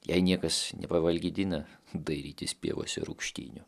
jei niekas nepavalgdina dairytis pievose rūgštynių